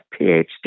PhD